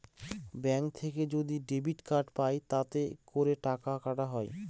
bank থেকে যদি debit card পাই তাতে করে টাকা কাটা হয়